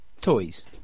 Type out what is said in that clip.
Toys